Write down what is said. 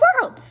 world